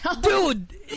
Dude